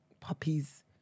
Puppies